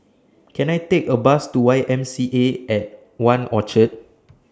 Can I Take A Bus to Y M C A At one Orchard